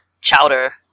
chowder